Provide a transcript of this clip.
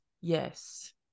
yes